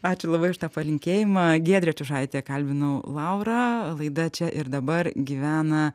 ačiū labai už tą palinkėjimą giedrė čiužaitė kalbinau laurą laida čia ir dabar gyvena